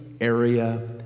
area